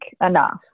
enough